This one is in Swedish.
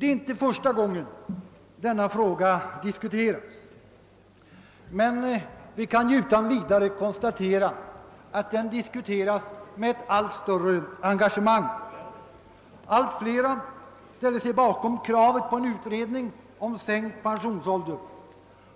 Det är inte första gången denna fråga diskuteras, men vi kan utan vidare konstatera att den diskuteras med allt större engagemang. Allt fler ställer sig bakom kravet på en utredning om sänkt. pensionsålder.